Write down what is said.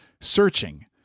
searching